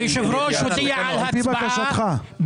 היושב-ראש הודיע על הצבעה,